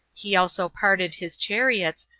he also parted his chariots,